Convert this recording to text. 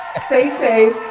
stay safe.